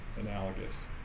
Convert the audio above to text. analogous